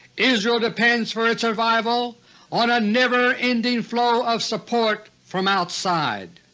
israel depends for its survival on a never-ending flow of support from outside.